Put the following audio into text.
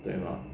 对吗